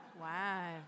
Wow